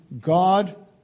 God